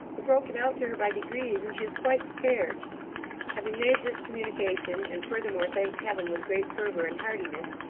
we broke it out to her by degrees, and she is quite prepared having made this communication, and furthermore thanked heaven with great fervour and heartiness,